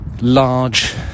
Large